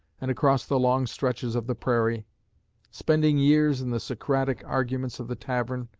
and across the long stretches of the prairie spending years in the socratic arguments of the tavern,